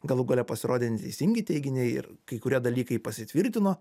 galų gale pasirodė neteisingi teiginiai ir kai kurie dalykai pasitvirtino